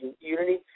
unity